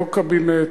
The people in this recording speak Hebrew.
לא הקבינט,